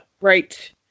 Right